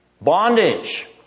bondage